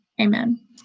Amen